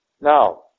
Now